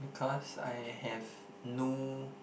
because I have no